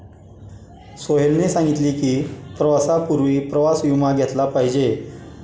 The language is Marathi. सोहेलने सांगितले की, प्रवासापूर्वी प्रवास विमा घेतला पाहिजे